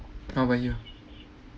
how about you